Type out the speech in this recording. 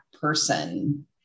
person